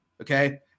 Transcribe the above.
okay